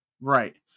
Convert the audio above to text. right